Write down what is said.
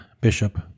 Bishop